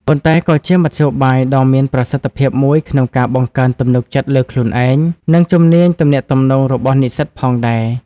ប៉ុន្តែក៏ជាមធ្យោបាយដ៏មានប្រសិទ្ធភាពមួយក្នុងការបង្កើនទំនុកចិត្តលើខ្លួនឯង និងជំនាញទំនាក់ទំនងរបស់និស្សិតផងដែរ។